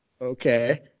okay